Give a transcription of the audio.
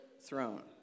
throne